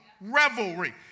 revelry